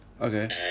Okay